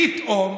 פתאום,